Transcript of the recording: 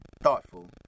thoughtful